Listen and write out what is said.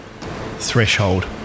threshold